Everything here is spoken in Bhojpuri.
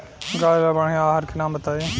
गाय ला बढ़िया आहार के नाम बताई?